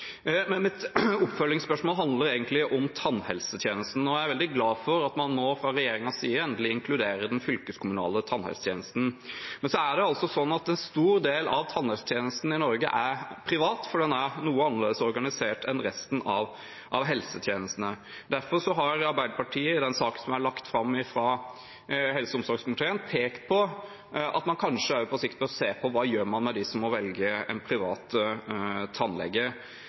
Mitt oppfølgingsspørsmål handler om tannhelsetjenesten. Jeg er veldig glad for at man nå fra regjeringens side endelig inkluderer den fylkeskommunale tannhelsetjenesten. En stor del av tannhelsetjenesten i Norge er privat, for den er noe annerledes organisert enn resten av helsetjenestene. Derfor har Arbeiderpartiet i denne saken, som er lagt fram fra helse- og omsorgskomiteen, pekt på at man kanskje også på sikt bør se på hva man gjør med dem som må velge en privat